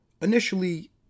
Initially